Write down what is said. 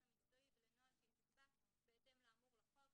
המקצועי ולנוהל שתקבע בהתאם לאמור בחוק.